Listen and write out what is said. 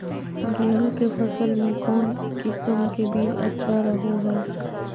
गेहूँ के फसल में कौन किसम के बीज अच्छा रहो हय?